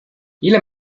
ile